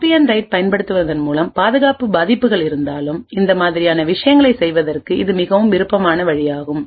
copy and write பயன்படுத்துவதன் மூலம் பாதுகாப்பு பாதிப்புகள் இருந்தாலும் இந்த மாதிரியான விஷயங்களைச் செய்வதற்கு இது மிகவும் விருப்பமான வழியாகும்